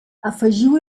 afegiu